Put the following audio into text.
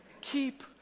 Keep